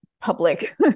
public